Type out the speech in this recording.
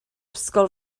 ysgol